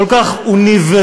כל כך אוניברסלית,